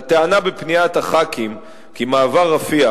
הטענה בפניית חברי הכנסת כי מעבר רפיח